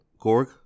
Korg